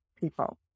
people